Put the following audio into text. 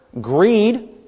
Greed